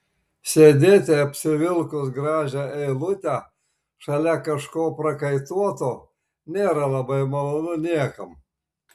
sėdėti apsivilkus gražią eilutę šalia kažko prakaituoto nėra labai malonu niekam